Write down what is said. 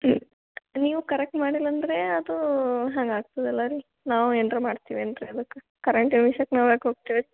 ಹ್ಞೂ ನೀವು ಕರಕ್ಟ್ ಮಾಡಿಲ್ಲ ಅಂದರೆ ಅದು ಹಂಗೆ ಆಗ್ತದಲ್ಲ ರೀ ನಾವು ಏನಾರ ಮಾಡ್ತೀವಿ ಏನು ರೀ ಅದ್ಕೆ ಕರೆಂಟ್ ವಿಷ್ಯಕ್ಕೆ ನಾವು ಯಾಕೆ ಹೋಗ್ತೀವಿ